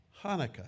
Hanukkah